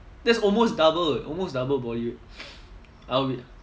that's almost double eh almost double body weight I will be